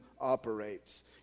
operates